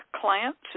clients